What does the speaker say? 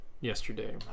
yesterday